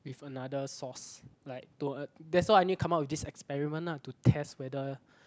with another source like to uh that's why I need to come up with this experiment lah to test whether